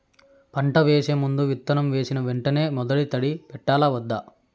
పంట వేసే ముందు, విత్తనం వేసిన వెంటనే మొదటి తడి పెట్టాలా వద్దా?